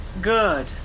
Good